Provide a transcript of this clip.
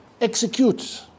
execute